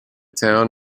town